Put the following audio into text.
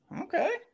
okay